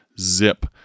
Zip